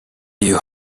you